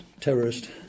terrorist